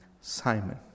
Simon